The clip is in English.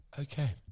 Okay